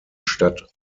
stadt